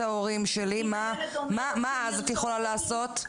מה אז את יכולה לעשות?